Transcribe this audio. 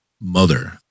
mother